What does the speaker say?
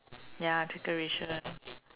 ya decoration